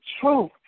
truth